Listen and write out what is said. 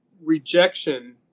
rejection